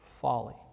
folly